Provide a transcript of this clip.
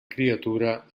criatura